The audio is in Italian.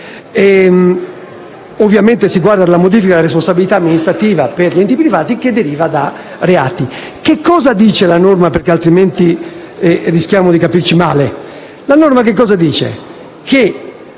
Ovviamente si guarda alla modifica della responsabilità amministrativa degli enti privati che deriva da reati. Che cosa dice la norma, perché altrimenti rischiamo di capirci male?